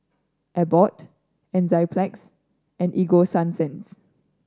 Abbott Enzyplex and Ego Sunsense